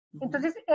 Entonces